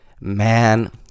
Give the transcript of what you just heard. man